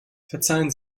verzeihen